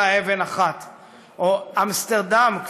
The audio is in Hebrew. או אמסטרדם,